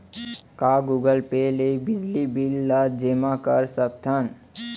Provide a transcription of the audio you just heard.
का Google Pay ले बिजली बिल ल जेमा कर सकथन?